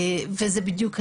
וזה בדיוק העניין.